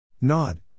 Nod